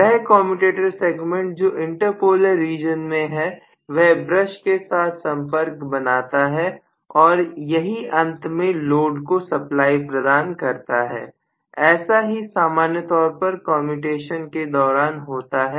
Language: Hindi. वह कमयुटेटर सेगमेंट जो इंटर पोलर रीजन में है वह भ्रष्ट के साथ संपर्क बनाता है और यही अंत में लोड को सप्लाई प्रदान करता है ऐसा ही सामान्य तौर पर कंप्यूटेशन के दौरान होता है